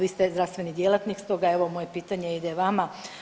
Vi ste zdravstveni djelatnik, stoga evo moje pitanje ide vama.